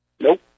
Nope